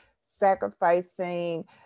sacrificing